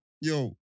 Yo